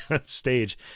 stage